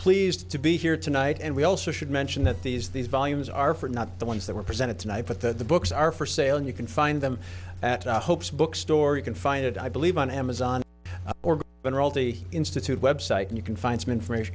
pleased to be here tonight and we also should mention that these these volumes are for not the ones that were presented tonight but the books are for sale and you can find them at hope's bookstore you can find it i believe on amazon or in royalty institute website and you can find some information